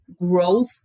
growth